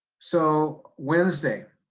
so wednesday,